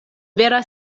vera